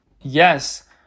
Yes